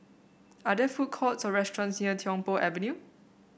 are there food courts or restaurants near Tiong Poh Avenue